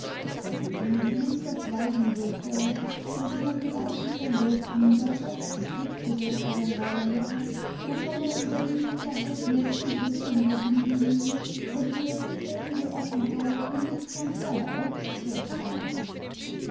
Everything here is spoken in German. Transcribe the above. daß sie dieß nicht verschweigen dürfe und ihrem zweiten verlobten das recht des rücktrittes einräume wofern er über dieses verhältniß im irrthum geblieben und ihre bisherige offenheit ihn nicht schon vorher aufgeklärt habe